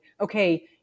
Okay